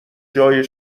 جای